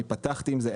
אני פתחתי עם זה.